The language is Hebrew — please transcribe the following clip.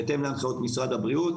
בהתאם להנחיות משרד הבריאות,